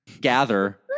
gather